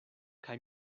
kaj